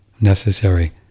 necessary